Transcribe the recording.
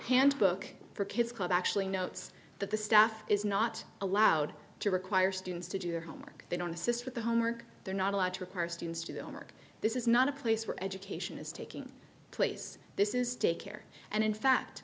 handbook for kids club actually notes that the staff is not allowed to require students to do their homework they don't assist with the homework they're not allowed to require students to the homework this is not a place where education is taking place this is daycare and in fact